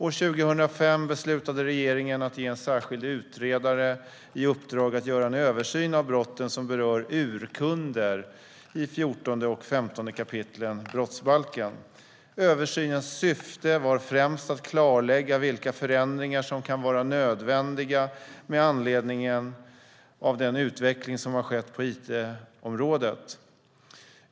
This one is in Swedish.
År 2005 beslutade regeringen att ge en särskild utredare i uppdrag att göra en översyn av brotten som berör urkunder i 14 och 15 kap. brottsbalken. Översynens syfte var främst att klarlägga vilka förändringar som kan vara nödvändiga med anledning av den utveckling som har skett på it-området.